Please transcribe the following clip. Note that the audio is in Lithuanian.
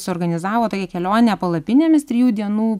suorganizavo tokią kelionę palapinėmis trijų dienų